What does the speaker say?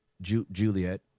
Juliet